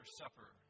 supper